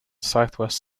southwest